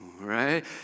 right